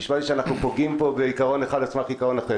נשמע לי שאנחנו פוגעים בעיקרון אחד עבור עיקרון אחר.